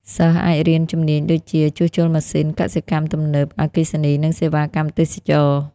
សិស្សអាចរៀនជំនាញដូចជា ជួសជុលម៉ាស៊ីន កសិកម្មទំនើប អគ្គិសនី និងសេវាកម្មទេសចរណ៍។